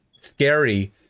scary